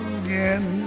again